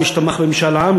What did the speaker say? מי שתמך במשאל עם,